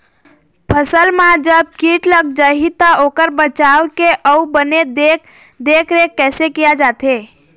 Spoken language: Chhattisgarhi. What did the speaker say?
फसल मा जब कीट लग जाही ता ओकर बचाव के अउ बने देख देख रेख कैसे किया जाथे?